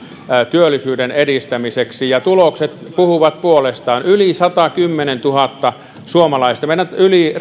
työllisyyden edistämiseksi ja tulokset puhuvat puolestaan yli satakymmentätuhatta suomalaista reilusti